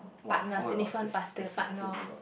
partner significant partner partner